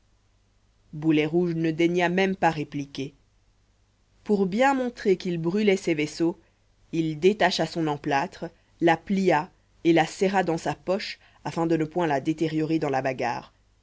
boulet rouge ne daigna même pas répliquer pour bien montrer qu'il brûlait ses vaisseaux il détacha son emplâtre la plia et la serra dans sa poche afin de ne point la détériorer dans la bagarre